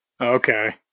Okay